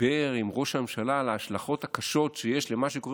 דיבר עם ראש הממשלה על ההשלכות הקשות שיש למה שקורה